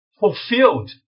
fulfilled